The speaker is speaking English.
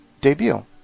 debut